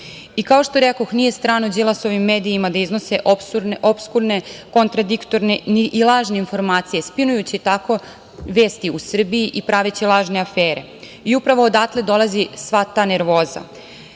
Kao što rekoh, nije strano Đilasovim medijima da iznose opskurne, kontradiktorne i lažne informacije, spinujući tako vesti u Srbiji i praveći lažne afere. Upravo odatle dolazi sva ta